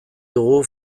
dugu